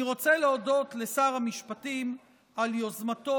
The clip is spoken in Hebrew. אני רוצה להודות לשר המשפטים על יוזמתו